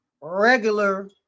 regular